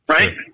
Right